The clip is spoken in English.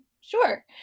Sure